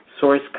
Source